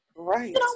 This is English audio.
right